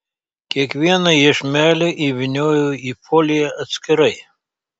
kiekvieną iešmelį įvynioju į foliją atskirai